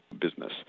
business